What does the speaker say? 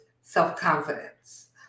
self-confidence